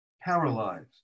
paralyzed